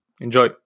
Enjoy